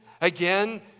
again